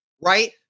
right